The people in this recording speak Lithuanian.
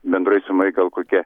bendroj sumoj gal kokia